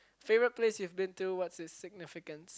favourite place you've been to what's its significance